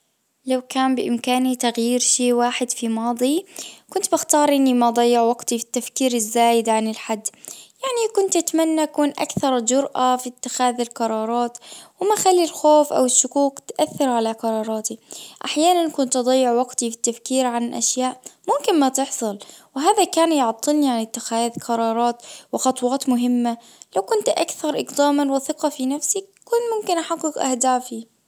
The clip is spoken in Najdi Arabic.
لو كان بامكاني تغيير شي في واحد في ماضي كنت بختار اني ما اضيع وقتي في التفكير الزايد عن الحد يعني كنت اتمنى أكون أكثر جرأة في إتخاذ القرارات وما أخلي الخوف أو الشكوك تأثر على قراراتي احيانا كنت اضيع وقتي في التفكير عن أشياء ممكن ما تحصل وهذا كان يعطلني عن اتخاذ قرارات وخطوات مهمة لو كنت أكثر إقداما وثقة في نفسي كن ممكن احقق أهدافي